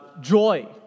Joy